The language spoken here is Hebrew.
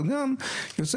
וגם הוא יצא